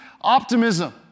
optimism